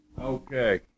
Okay